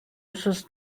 wythnos